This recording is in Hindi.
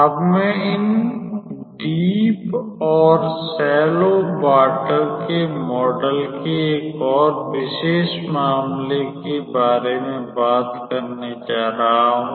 अब मैं इन गहरे और उथले पानी के मॉडल के एक और विशिष्ट मामले के बारे में बात करने जा रहा हूं